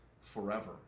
forever